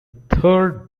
third